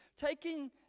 taking